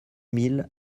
mille